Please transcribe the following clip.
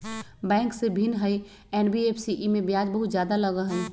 Bank से भिन्न हई एन.बी.एफ.सी इमे ब्याज बहुत ज्यादा लगहई?